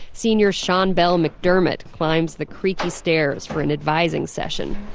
senior sean bell mcdermott climbs the creaky stairs for an advising session.